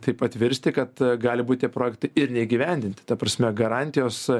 taip atvirsti kad gali būt tie projektai ir neįgyvendinti ta prasme garantijos